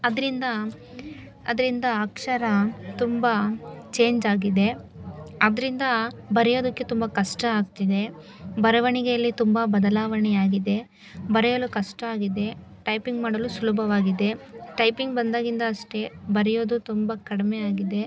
ಅದರಿಂದ ಅದರಿಂದ ಅಕ್ಷರ ತುಂಬ ಚೇಂಜ್ ಆಗಿದೆ ಅದರಿಂದ ಬರೆಯೋದಕ್ಕೆ ತುಂಬ ಕಷ್ಟ ಆಗ್ತಿದೆ ಬರವಣಿಗೆಯಲ್ಲಿ ತುಂಬ ಬದಲಾವಣೆಯಾಗಿದೆ ಬರೆಯಲು ಕಷ್ಟ ಆಗಿದೆ ಟೈಪಿಂಗ್ ಮಾಡಲು ಸುಲಭವಾಗಿದೆ ಟೈಪಿಂಗ್ ಬಂದಾಗಿಂದ ಅಷ್ಟೇ ಬರೆಯೋದು ತುಂಬ ಕಡಿಮೆಯಾಗಿದೆ